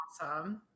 Awesome